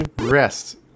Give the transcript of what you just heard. Rest